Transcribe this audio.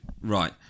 Right